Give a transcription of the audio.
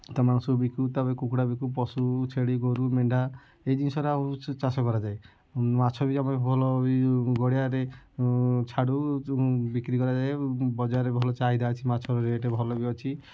ତା ମାଂସ ବିକୁ ତାପରେ କୁକୁଡ଼ା ବିକୁ ପଶୁ ଛେଳି ଗୋରୁ ମେଣ୍ଡା ଏ ଜିନିଷରେ ଆଉ ଚାଷ କରାଯାଏ ମାଛ ବି ଆମେ ଭଲ ବି ଆମ ଗଡ଼ିଆରେ ଛାଡ଼ୁ ବିକ୍ରି କରାଯାଏ ବଜାରରେ ଭଲ ଚାହିଦା ଅଛି ମାଛର ରେଟ୍ ଭଲ ବି ଅଛି